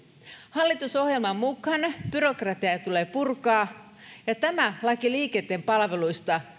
hallitusohjelman mukaan byrokratiaa tulee purkaa ja laissa liikenteen palveluista